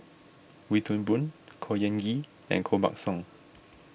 Wee Toon Boon Khor Ean Ghee and Koh Buck Song